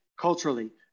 culturally